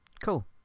Cool